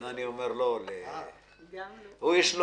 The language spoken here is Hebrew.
הוא בא